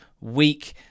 week